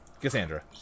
Cassandra